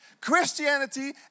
Christianity